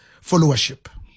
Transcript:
followership